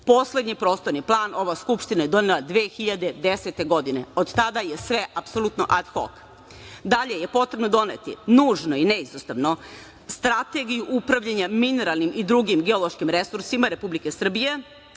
Poslednji prostorni plan ova skupština je donela 2010. godine. Od tada je sve apsolutno ad hok. Dalje je potrebno doneti nužno i neizostavno strategiju upravljanja mineralnim i drugim geološkim resursima Republike Srbije